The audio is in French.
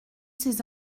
ces